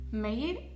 Made